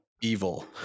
evil